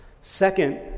Second